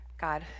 God